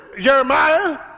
Jeremiah